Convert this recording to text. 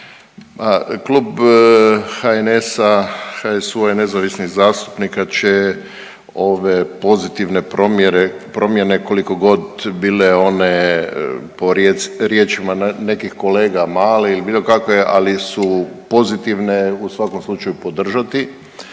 Klub HNS-a, HSU-a i nezavisnih zastupnika će ove pozitivne promjene kolikogod bile one po riječima nekih kolega male ili bilo kakve, ali su pozitivne u svakom slučaju podržati.